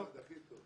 תצטרפו --- הכי טוב.